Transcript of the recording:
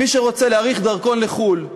מי שרוצה להאריך תוקף דרכון לחו"ל,